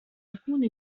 يكون